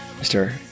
Mr